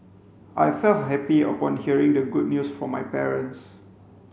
I felt happy upon hearing the good news from my parents